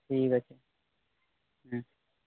ଠିକ୍ ଅଛି ହୁଁ